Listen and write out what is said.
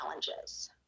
challenges